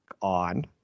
on